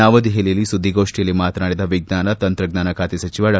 ನವದೆಹಲಿಯಲ್ಲಿ ಸುದ್ದಿಗೋಷ್ಠಿಯಲ್ಲಿ ಮಾತನಾಡಿದ ವಿಜ್ಞಾನ ತಂತ್ರಜ್ಞಾನ ಬಾತೆ ಸಚಿವ ಡಾ